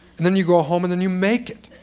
and then you go home and then you make it.